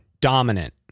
dominant